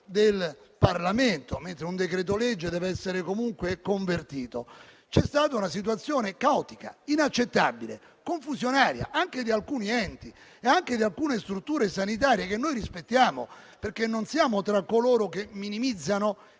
del Parlamento, mentre un decreto-legge deve essere comunque convertito. Vi è stata una situazione caotica inaccettabile e confusionaria, anche di alcuni enti e anche di alcune strutture sanitarie, che noi rispettiamo, perché non siamo tra coloro che minimizzano